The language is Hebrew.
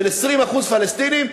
של 20% פלסטינים,